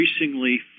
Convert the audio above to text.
Increasingly